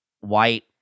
white